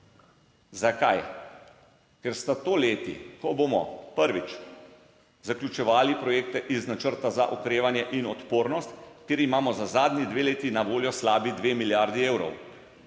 Zakaj? Ker sta to leti, ko bomo, prvič, zaključevali projekte iz Načrta za okrevanje in odpornost, kjer imamo za zadnji dve leti na voljo slabi dve milijardi evrov,